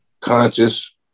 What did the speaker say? conscious